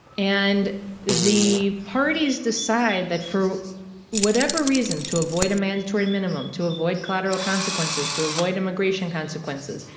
and the parties decide that for whatever reason, to avoid a mandatory minimum, to avoid collateral consequences, to avoid immigration consequences.